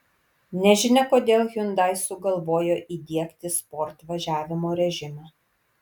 nežinia kodėl hyundai sugalvojo įdiegti sport važiavimo režimą